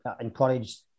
encouraged